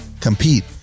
compete